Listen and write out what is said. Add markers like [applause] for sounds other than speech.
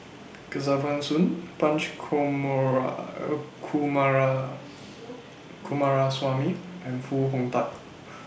Kesavan Soon Punch [unintelligible] Coomaraswamy and Foo Hong Tatt [noise]